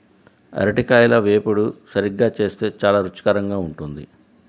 అరటికాయల వేపుడు సరిగ్గా చేస్తే చాలా రుచికరంగా ఉంటుంది